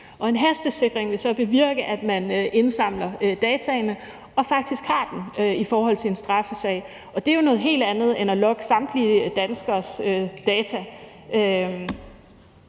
En hastesikring vil så bevirke, at man indsamler dataene og faktisk har dem i forhold til en straffesag, og det er jo noget helt andet end at logge samtlige danskeres data.